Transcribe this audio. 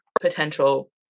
potential